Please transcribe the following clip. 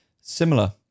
Similar